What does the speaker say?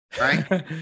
right